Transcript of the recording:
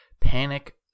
panic